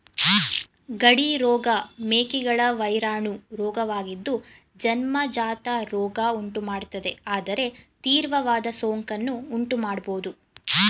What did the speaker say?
ಗಡಿ ರೋಗ ಮೇಕೆಗಳ ವೈರಾಣು ರೋಗವಾಗಿದ್ದು ಜನ್ಮಜಾತ ರೋಗ ಉಂಟುಮಾಡ್ತದೆ ಆದರೆ ತೀವ್ರವಾದ ಸೋಂಕನ್ನು ಉಂಟುಮಾಡ್ಬೋದು